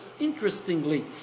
interestingly